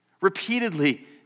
Repeatedly